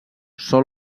sol